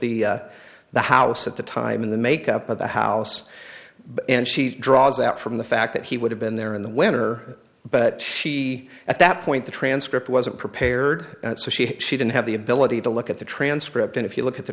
the the house at the time in the make up of the house and she draws out from the fact that he would have been there in the winter but she at that point the transcript wasn't prepared so she she didn't have the ability to look at the transcript and if you look at the